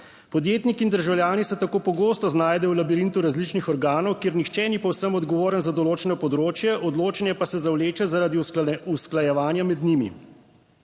Podjetniki in državljani se tako pogosto znajdejo v labirintu različnih organov, kjer nihče ni povsem odgovoren za določeno področje, odločanje pa se zavleče zaradi usklajevanja med njimi.